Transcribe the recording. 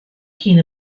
hyn